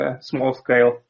small-scale